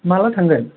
माला थांगोन